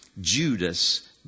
Judas